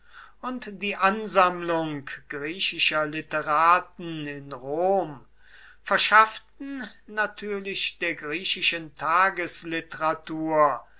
und die ansammlung griechischer literaten in rom verschafften natürlich der griechischen